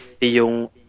yung